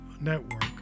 network